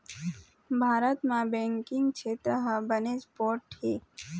भारत म बेंकिंग छेत्र ह बनेच पोठ हे